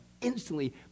instantly